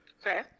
Okay